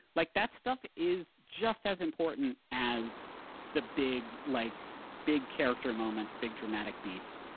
like that stuff is just as important as the big like big character moments, big dramatic beats,